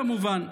כמובן,